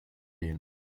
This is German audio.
gehen